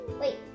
Wait